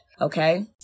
Okay